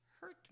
hurt